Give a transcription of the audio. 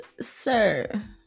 sir